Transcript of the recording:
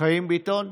חיים ביטון,